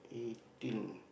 eighteen